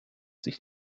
sich